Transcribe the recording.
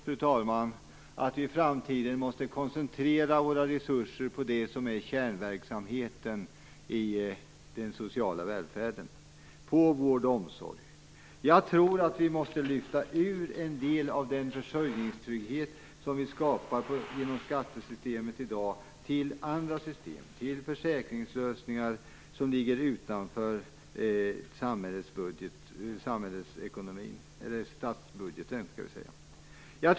Jag tror att vi i framtiden måste koncentrera våra resurser på det som är kärnverksamheten i den sociala välfärden, på vård och omsorg. Vi måste lyfta ur en del av den försörjningstrygghet som vi i dag har skapat genom skattesystemet till andra system, till försäkringslösningar som ligger utanför statsbudgeten.